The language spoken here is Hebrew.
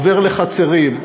עובר לחצרים,